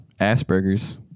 Asperger's